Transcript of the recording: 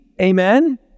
Amen